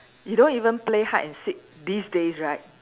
you don't even play hide and seek these days right